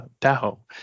Tahoe